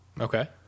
Okay